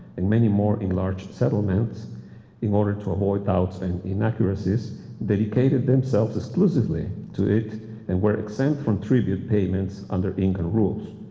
and many more in large settlements in order to avoid doubts and inaccuracies dedicated themselves exclusively to it and were exempt from tribute payments under inca rules.